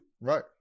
Right